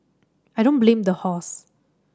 I don't blame the horse